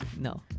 no